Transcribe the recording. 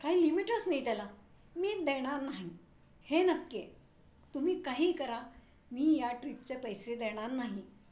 काय लिमिटच नाही त्याला मी देणार नाही हे नक्की आहे तुम्ही काही करा मी या ट्रिपचे पैसे देणार नाही